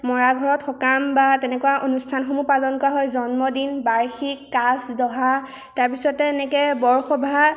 মৰাঘৰত সকাম বা তেনেকুৱা অনুষ্ঠানসমূহ পালন কৰা হয় জন্মদিন বাৰ্ষিক কাজ দহা তাৰপিছতে এনেকৈ বৰসবাহ